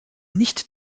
nicht